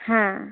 હા